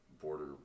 border